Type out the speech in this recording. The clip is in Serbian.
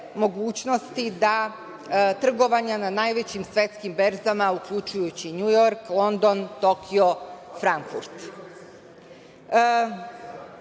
mogućnosti trgovanja na najvećim svetskim berzama, uključujući NJujork, London, Tokio, Frankfurt? Takođe,